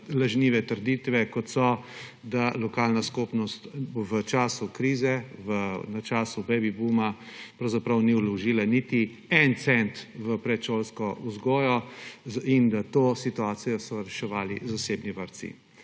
lažnive trditve, kot so, da lokalna skupnost v času krize, v času baby booma ni vložila niti enega centa v predšolsko vzgojo in da so to situacijo reševali zasebni vrtci.